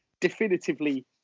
definitively